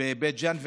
בבית ג'ן.